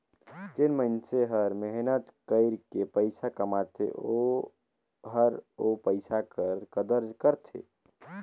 जेन मइनसे हर मेहनत कइर के पइसा कमाथे ओहर ओ पइसा कर कदर करथे